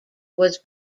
was